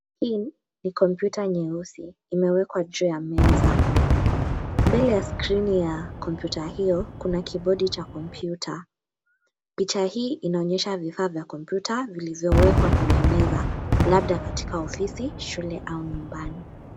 Hii ni kompyuta nyeusi , imewekwa juu ya meza mbele ya skrini ya kompyuta hiyo kuna kibodi cha kompyuta . Picha hii inaoyesha vifaa vya kompyuta vilivyo wekwa kwenye meza labda katika ofisi, shule au nyumbani.